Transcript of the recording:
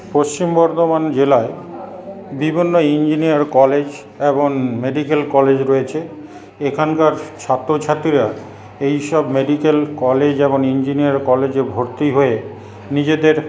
পশ্চিম বর্ধমান জেলায় বিভিন্ন engineering college এবং মেডিকেল কলেজ রয়েছে এখানকার ছাত্রছাত্রীরা এইসব মেডিকেল কলেজ এবং ইঞ্জিনিয়ারিং কলেজে ভর্তি হয়ে নিজেদের